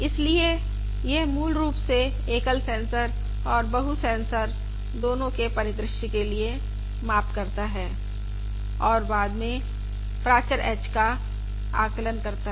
इसलिए यह मूल रूप से एकल सेंसर और बहु सेंसर दोनों के परिदृश्य के लिए माप करता है और बाद में प्राचर h का आकलन करता है